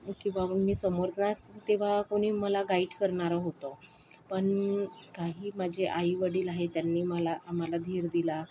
किंवा मी तेव्हा कोणी मला गाईड करणारं होतं पण काही माझे आईवडील आहे त्यांनी मला आम्हाला धीर दिला